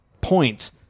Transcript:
point